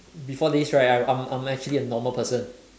before this right I I'm I'm actually a normal person